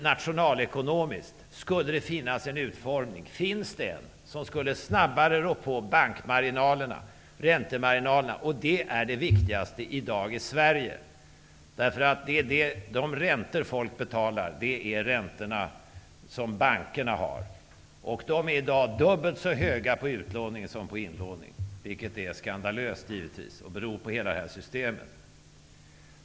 Nationalekonomiskt finns det en utformning som skulle snabbare rå på räntemarginalerna, och det är det viktigaste i dag i Sverige. De räntor folk betalar är räntorna som bankerna har, och de är i dag dubbelt så höga på utlåning som på inlåning, vilket givetvis är skandalöst och beror på hela det här systemet.